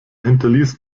hinterließ